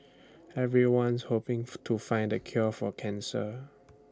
everyone's hoping to find the cure for cancer